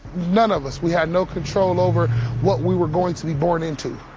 none of us, we had no control over what we were going to be born into.